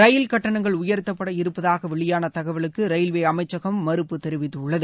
ரயில் கட்டணங்கள் உயர்த்தப்பட இருப்பதாக வெளியான தகவலுக்கு ரயில்வே அமைச்சகம் மறுப்பு தெரிவித்துள்ளது